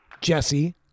Jesse